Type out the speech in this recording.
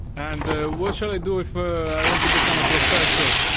and what shall i do if i want to become a professor?